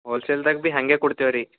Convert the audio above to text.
ಹೋಲ್ಸೇಲ್ದಾಗ ಬಿ ಹಂಗೆ ಕೊಡ್ತೀವಿ ರೀ